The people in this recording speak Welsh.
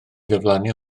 diflannu